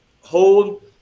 hold